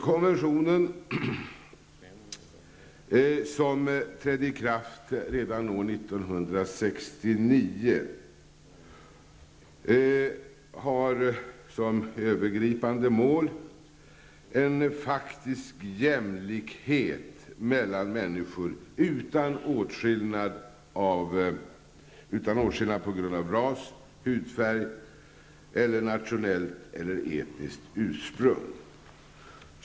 Konventionen, som trädde i kraft redan år 1969, har som övergripande mål en faktisk jämlikhet mellan människor utan åtskillnad på grund av ras, hudfärg eller nationellt eller etniskt ursprung.